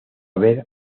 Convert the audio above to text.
ver